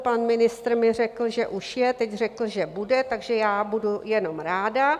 Pan ministr mi řekl, že už je, teď řekl, že bude, takže já budu jenom ráda.